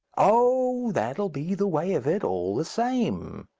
oh, that'll be the way of it, all the same.